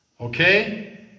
okay